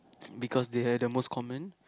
because they are the most common